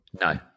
No